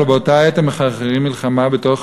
אבל באותה עת הם מחרחרים מלחמה בתוך